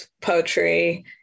poetry